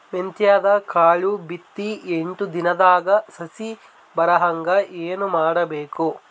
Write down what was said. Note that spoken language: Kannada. ಮೆಂತ್ಯದ ಕಾಳು ಬಿತ್ತಿ ಎಂಟು ದಿನದಾಗ ಸಸಿ ಬರಹಂಗ ಏನ ಮಾಡಬೇಕು?